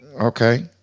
Okay